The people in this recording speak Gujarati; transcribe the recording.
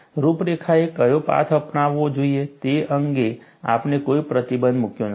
રૂપરેખાએ કયો પાથ અપનાવવો જોઈએ તે અંગે આપણે કોઈ પ્રતિબંધ મૂક્યો નથી